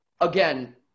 Again